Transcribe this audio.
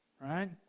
right